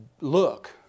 look